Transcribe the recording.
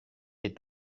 est